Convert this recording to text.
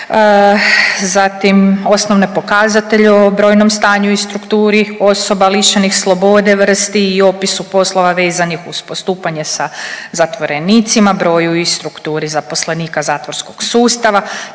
zatim osnovne pokazatelje o brojnom stanju i strukturi osoba lišenih slobode, vrsti i opisu poslova vezanih uz postupanje sa zatvorenicima, broju i strukturi zaposlenika zatvorskog sustava,